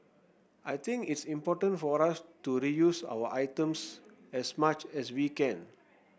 I think it's important for us to reuse our items as much as we can